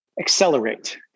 accelerate